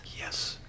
yes